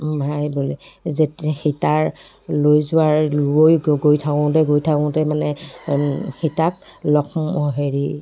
নাই বুলি যেতিয়া সীতাৰ লৈ যোৱাৰ লৈ গৈ থাকোঁতে গৈ থাকোঁতে মানে হেৰি সীতাক লক্ষ্মণ হেৰি